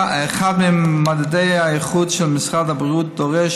אחד ממדדי האיכות של משרד הבריאות דורש